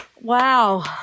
Wow